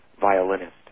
violinist